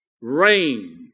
Rain